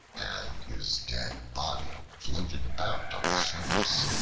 and his dead body floated about on the surface,